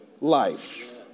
life